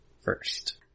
first